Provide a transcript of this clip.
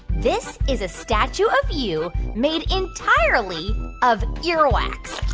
this is a statue of you made entirely of earwax,